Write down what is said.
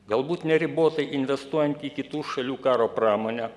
galbūt neribotai investuojant į kitų šalių karo pramonę